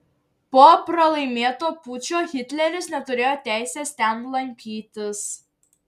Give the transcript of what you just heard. po pralaimėto pučo hitleris neturėjo teisės ten lankytis